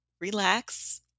relax